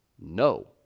no